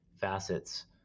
facets